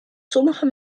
sommige